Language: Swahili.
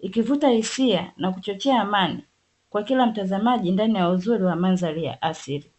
ikivuta hisia na kuchochea amani kwa kila mtazamaji ndani ya uzuri wa mandhari ya asili.